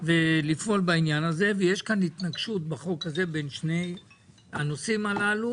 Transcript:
ויש כאן התנגשות בחוק הזה בין שני הנושאים הללו.